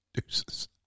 Deuces